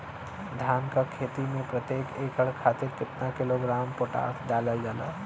धान क खेती में प्रत्येक एकड़ खातिर कितना किलोग्राम पोटाश डालल जाला?